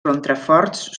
contraforts